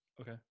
Okay